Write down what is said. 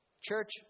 Church